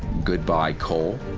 goodbye coal,